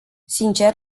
sincer